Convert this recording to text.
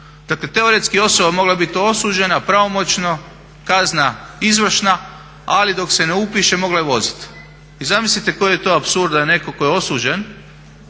Dakle teoretski osoba je mogla biti osuđena pravomoćno, kazna izvršna ali dok se ne upiše, mogla je voziti. I zamislite koji je to apsurd da je netko tko je osuđen,